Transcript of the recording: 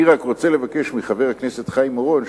אני רק רוצה לבקש מחבר הכנסת חיים אורון,